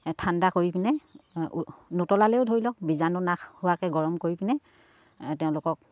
ঠাণ্ডা কৰি পিনে নোতলালেও ধৰি লওক বীজাণু নাশ হোৱাকৈ গৰম কৰি পিনে তেওঁলোকক